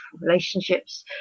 relationships